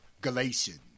Galatians